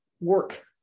work